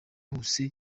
hose